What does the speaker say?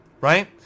right